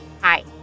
Hi